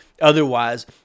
otherwise